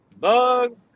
Bug